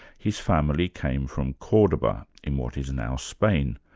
his family came from cordoba, in what is now spain.